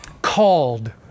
called